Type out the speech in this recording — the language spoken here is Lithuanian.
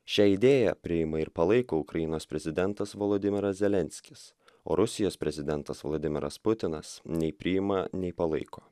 šią idėją priima ir palaiko ukrainos prezidentas volodimiras zelenskis o rusijos prezidentas vladimiras putinas nei priima nei palaiko